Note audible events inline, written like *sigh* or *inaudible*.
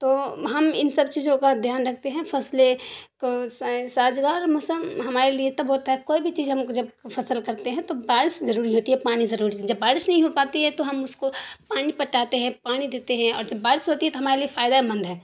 تو ہم ان سب چیزوں کا دھیان رکھتے ہیں فصلیں کو سازگار موسم ہمارے لیے تب ہوتا ہے کوئی بھی چیز ہم جب فصل کرتے ہیں تو بارش ضروری ہوتی ہے پانی ضروری *unintelligible* جب بارش نہیں ہو پاتی ہے تو ہم اس کو پانی پٹاتے ہیں پانی دیتے ہیں اور جب بارش ہوتی ہے تو ہمارے لیے فائدہ مند ہے